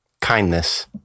kindness